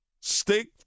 stick